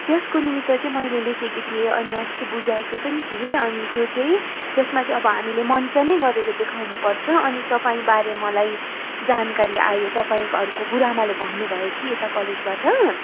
त्यसको निम्ति चाहिँ मैले लेखेकी थिएँ अनि अस्ति बुझाएको पनि थिएँ अनि त्यो चाहिँ त्यसमा चाहिँ अब हामीले मञ्चन नै गरेर देखाउनु पर्छ अनि तपाईँबारे मलाई जानकारी आयो तपाईँहरूको गुरुआमाले भन्नु भयो कि यता कलेजबाट